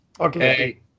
Okay